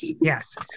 Yes